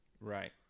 Right